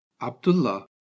Abdullah